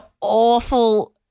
awful